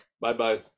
Bye-bye